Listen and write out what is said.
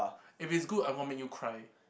if it's good I'm gonna make you cry